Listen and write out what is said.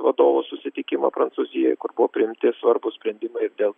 vadovų susitikimą prancūzijoj kur buvo priimti svarbūs sprendimai dėl